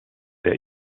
der